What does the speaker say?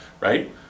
right